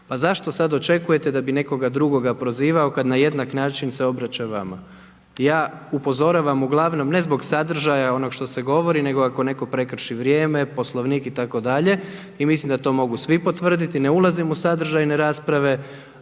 Pa zašto sad očekujete da bi nekoga druga prizvao kad na jednak način se obraća vama? Ja upozoravam uglavnom ne zbog sadržaja, onog što se govori nego ako netko prekrši vrijeme, Poslovnik itd. I mislim da to mogu svi potvrditi i ne ulazim u sadržajne rasprave